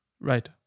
right